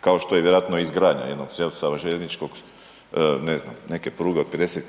kao što je vjerojatno i izgradnja jednog sustava željezničkog, ne znam neke pruge od 50